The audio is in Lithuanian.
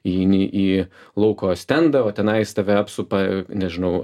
įeini į lauko stendą o tenais tave apsupa nežinau